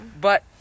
But-